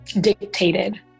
dictated